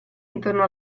intorno